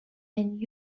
and